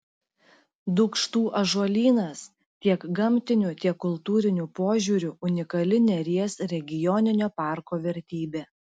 dūkštų ąžuolynas tiek gamtiniu tiek kultūriniu požiūriu unikali neries regioninio parko vertybė